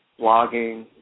blogging